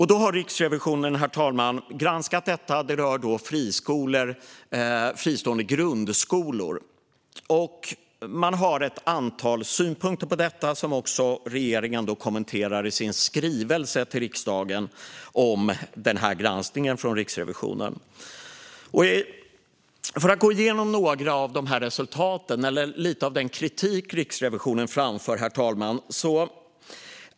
Riksrevisionen har granskat detta, herr talman. Det rör friskolor, närmare bestämt fristående grundskolor. Man har ett antal synpunkter, som också regeringen kommenterar i sin skrivelse till riksdagen om Riksrevisionens granskning. Låt mig gå igenom några av resultaten och lite av den kritik Riksrevisionen framför, herr talman.